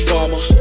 Farmer